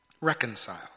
reconcile